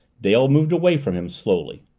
dale moved away from him slowly.